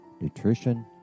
nutrition